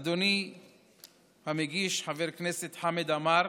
אדוני המגיש, חבר הכנסת חמד עמאר,